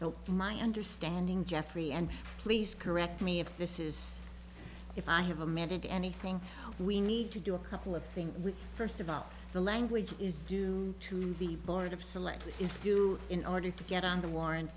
so my understanding jeffrey and please correct me if this is if i have amended anything we need to do a couple of things with first of all the language is due to the board of selectmen is due in order to get on the warran